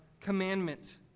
commandment